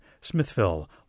Smithville